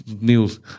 news